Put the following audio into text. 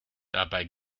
dabei